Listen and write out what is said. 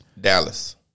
Dallas